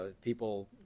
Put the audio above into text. people